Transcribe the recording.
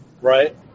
Right